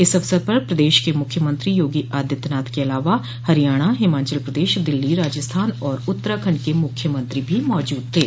इस अवसर पर प्रदेश के मुख्यमंत्री योगी आदित्यनाथ के अलावा हरियाणा हिमाचल प्रदेश दिल्ली राजस्थान और उत्तराखंड के मुख्यमंत्री भी मौजूद थे